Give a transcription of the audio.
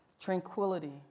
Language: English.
tranquility